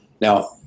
Now